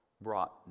brought